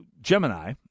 Gemini